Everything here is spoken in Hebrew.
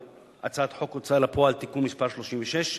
בהצעת חוק ההוצאה לפועל (תיקון מס' 36):